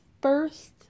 first